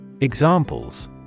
Examples